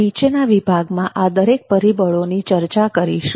નીચેના વિભાગમાં આ દરેક પરિબળોની ચર્ચા કરીશું